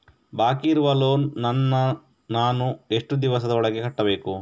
ಬಾಕಿ ಇರುವ ಲೋನ್ ನನ್ನ ನಾನು ಎಷ್ಟು ದಿವಸದ ಒಳಗೆ ಕಟ್ಟಬೇಕು?